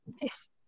Yes